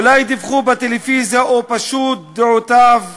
אולי דיווחו בטלוויזיה, או פשוט דעותיו?